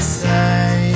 say